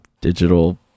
digital